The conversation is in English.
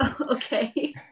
Okay